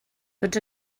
tots